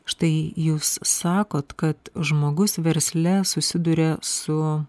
štai jūs sakot kad žmogus versle susiduria su